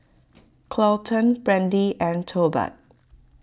Carlton Brandee and Tolbert